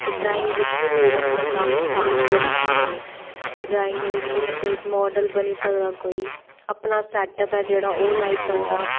drawing बिच्च बी लोक अपना कम्म स्टार्ट करी सकदे ड्राइंग बिच्च मतलब इक माडल बनी सकदा कोई अपना सेटअप ऐ जेह्ड़ा ओह् लाई सकदा